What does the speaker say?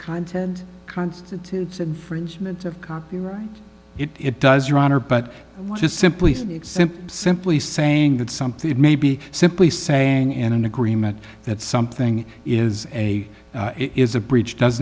content constitutes infringement of copyright it does your honor but just simply simply saying that something it may be simply saying in an agreement that something is a is a breach does